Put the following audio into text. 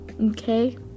okay